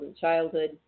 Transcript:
childhood